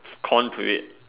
con to it